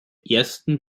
ersten